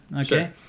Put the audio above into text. Okay